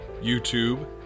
YouTube